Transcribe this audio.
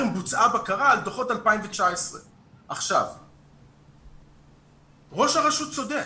בקרה על דוחות 2019. ראש הרשות צודק.